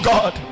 God